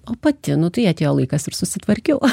o pati nu tai atėjo laikas ir susitvarkiau